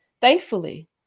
thankfully